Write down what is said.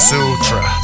Sutra